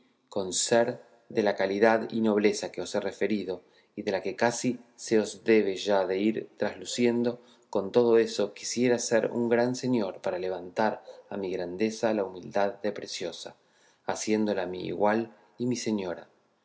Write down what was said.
con ser de la calidad y nobleza que os he referido y de la que casi se os debe ya de ir trasluciendo con todo eso quisiera ser un gran señor para levantar a mi grandeza la humildad de preciosa haciéndola mi igual y mi señora